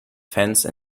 fence